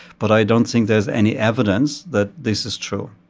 but i don't think there's any evidence that this is true.